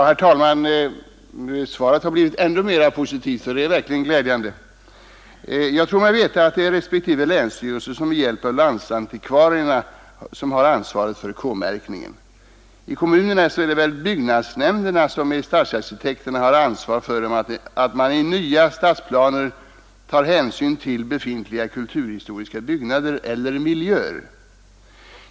Herr talman! Svaret har blivit ännu mer positivt. Jag tror mig veta att det är respektive länsstyrelse som med hjälp av landsantikvarierna skall ta ansvaret för K-märkningen. I kommunerna är det väl byggnadsnämnderna som tillsammans med stadsarkitekterna skall se till att man i nya stadsplaner tar hänsyn till befintliga kulturhistoriska byggnader eller miljöer.